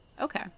Okay